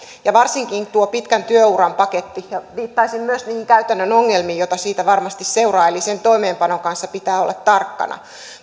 varsinkin tuo pitkän työuran paketti viittaisin myös niihin käytännön ongelmiin joita siitä varmasti seuraa eli sen toimeenpanon kanssa pitää olla tarkkana